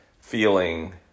feeling